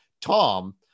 Tom